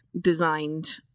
designed